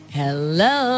hello